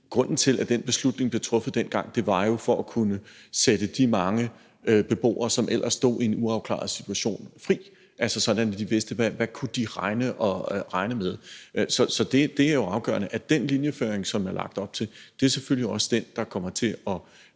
grunden til, at den beslutning blev truffet dengang, var jo at kunne sætte de mange beboere, som ellers ville stå i en uafklaret situation, fri, sådan at de vidste, hvad de kunne regne med. Så det er jo afgørende. Og den linjeføring, der er lagt op til, er selvfølgelig også den, der bliver